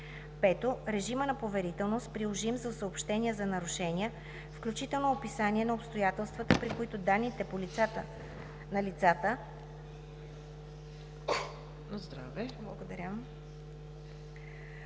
5. режима на поверителност, приложим за съобщения за нарушения, включително описание на обстоятелствата, при които данните на лицата по чл.